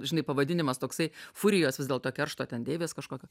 žinai pavadinimas toksai furijos vis dėlto keršto ten deivės kažkokio